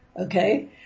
okay